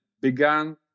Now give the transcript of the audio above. began